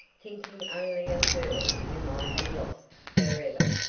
thinking only of her whom i had lost for ever.